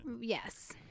Yes